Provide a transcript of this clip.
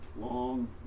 long